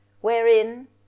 wherein